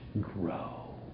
grow